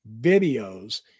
videos